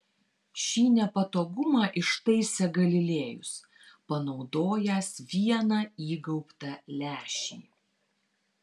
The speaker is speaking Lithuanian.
šį nepatogumą ištaisė galilėjus panaudojęs vieną įgaubtą lęšį